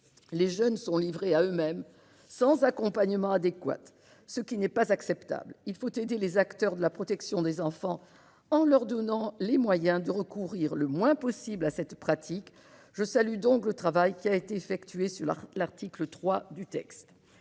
les jeunes sont livrés à eux-mêmes sans accompagnement adéquat, ce qui n'est pas acceptable. Il faut aider les acteurs de la protection de l'enfance en leur donnant les moyens de recourir le moins possible à cette pratique. Je salue donc le travail de réécriture de l'article 3. Grâce